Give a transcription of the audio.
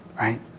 Right